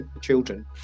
children